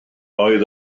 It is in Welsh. oedd